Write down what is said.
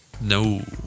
no